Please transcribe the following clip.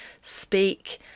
speak